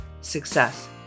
success